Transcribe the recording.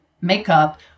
makeup